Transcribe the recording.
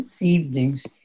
evenings